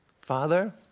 Father